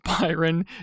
byron